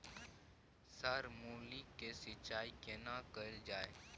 Sir मूली के सिंचाई केना कैल जाए?